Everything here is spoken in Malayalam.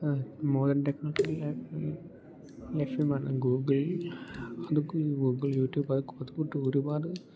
മോഡേൺ ടെക്നോളജി യിൽ ലഭ്യമാണ് ഗൂഗിൾ അതുക്ക് ഗൂഗിൾ യൂട്യൂബ് അതുക്കു അതുകൂട്ട് ഒരുപാട്